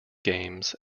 games